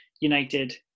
United